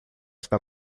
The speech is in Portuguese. está